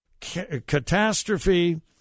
catastrophe